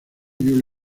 your